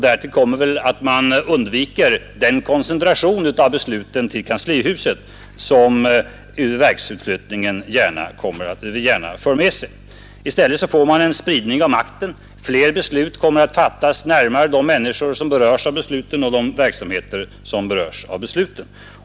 Därtill kommer att man undviker den koncentration av besluten till kanslihuset som verksutflyttningen gärna för med sig. I stället får man en spridning av makten. Fler beslut kommer att fattas närmare de människor och verksamheter som de berör.